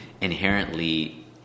inherently